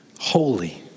Holy